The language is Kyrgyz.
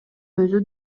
өзү